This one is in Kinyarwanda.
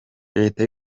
leta